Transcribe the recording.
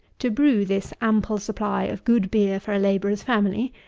to brew this ample supply of good beer for a labourer's family,